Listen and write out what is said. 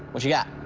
what you got?